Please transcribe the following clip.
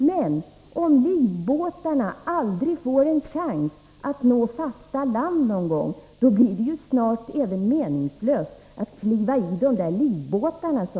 Men om livbåtarna aldrig får en chans att nå fasta landet, blir det snart meningslöst att kliva i dem.